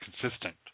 consistent